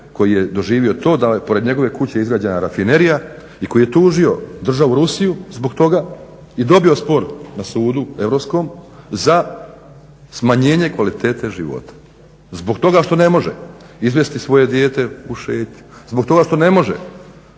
koji je doživio to da pored njegove kuće izgrađena rafinerija i koji je tužio državu Rusiju zbog toga i dobio spor na sudu, Europskom za smanjenje kvalitete života. Zbog toga što ne može izvesti svoje djete u šetnju, zbog toga što ne može